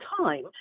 time